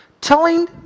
telling